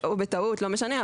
לא משנה,